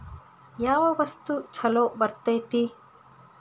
ಯಾವ ವಸ್ತು ಛಲೋ ಬರ್ತೇತಿ?